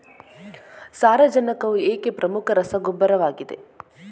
ಸಾರಜನಕವು ಏಕೆ ಪ್ರಮುಖ ರಸಗೊಬ್ಬರವಾಗಿದೆ?